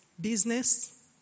business